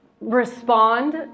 respond